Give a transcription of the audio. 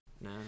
no